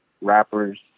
rappers